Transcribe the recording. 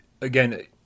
again